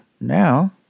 now